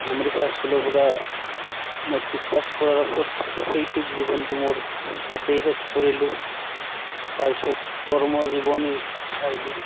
অমৰিখোৱা high স্কুলৰ পৰা matric pass কৰাৰ পাছত শৈক্ষিক জীৱনটো মোৰ তাতেই শেষ কৰিলোঁ তাৰপিছত কৰ্মজীৱনীত আহিলোঁ